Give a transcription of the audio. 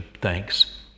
Thanks